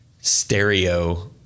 stereo